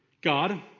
God